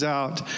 out